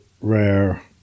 rare